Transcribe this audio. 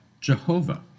Jehovah